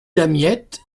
damiette